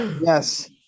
yes